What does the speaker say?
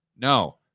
No